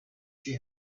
she